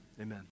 Amen